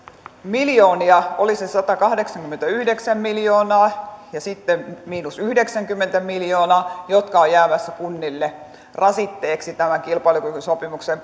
miljoonia oli se satakahdeksankymmentäyhdeksän miljoonaa ja sitten miinus yhdeksänkymmentä miljoonaa jotka ovat jäämässä kunnille rasitteeksi tämän kilpailukykysopimuksen